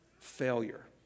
failure